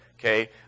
Okay